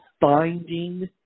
finding